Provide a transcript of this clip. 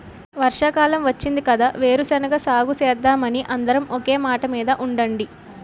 వర్షాకాలం వచ్చింది కదా వేరుశెనగ సాగుసేద్దామని అందరం ఒకే మాటమీద ఉండండి